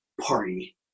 party